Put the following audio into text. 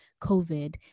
COVID